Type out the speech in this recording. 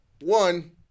one